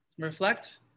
Reflect